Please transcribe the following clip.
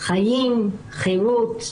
חיים, חרות,